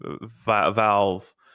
Valve